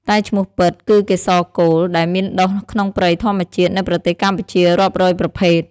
តែឈ្មោះពិត គឺកេសរកូល ដែលមានដុះក្នុងព្រៃធម្មជាតិ នៅប្រទេសកម្ពុជារាប់រយប្រភេទ។